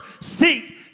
seek